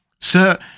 Sir